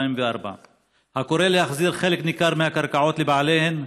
הקוראות להחזיר חלק ניכר מהקרקעות לבעליהן,